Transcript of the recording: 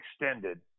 extended